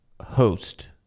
host